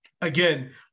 Again